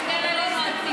את לא מתביישת?